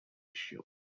issue